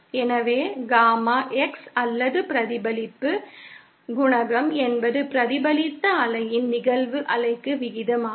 எனவே gamma X அல்லது பிரதிபலிப்பு குணகம் என்பது பிரதிபலித்த அலையின் நிகழ்வு அலைக்கு விகிதமாகும்